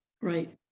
Right